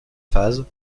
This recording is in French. phases